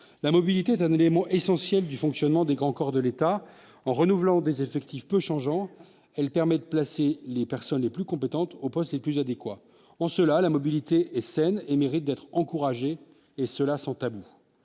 la mobilité est un élément essentiel du fonctionnement des grands corps de l'État en renouvelant des effectifs peu changeant, elle permet de placer les personnes les plus compétentes au postes les plus adéquats en cela la mobilité est saine et mérite d'être encouragée et cela sans tabou